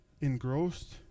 engrossed